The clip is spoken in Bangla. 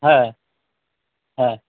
হ্যাঁ হ্যাঁ